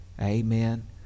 Amen